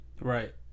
right